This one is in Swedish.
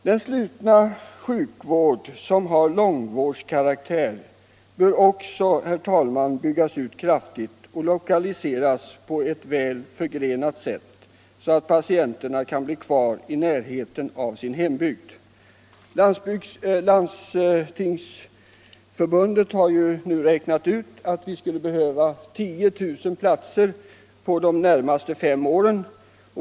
Den slutna sjukvård som har långvårdskaraktär bör också byggas ut kraftigt och lokaliseras på ewt väl förgrenat sätt, så att patienterna kan bli kvar i närheten av sin hembygd. Landstingsförbundet har räknat ut att vi skulle behöva ca 10 000 platser under de närmaste fem åren.